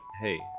hey